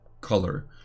color